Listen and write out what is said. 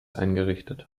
eingerichtet